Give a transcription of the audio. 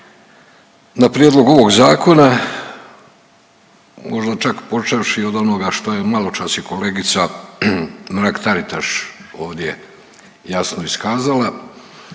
na prijedlog ovog zakona, možda čak počevši od onoga što je maločas i kolegica Mrak-Taritaš ovdje jasno iskazala